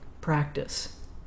practice